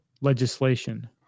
legislation